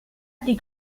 des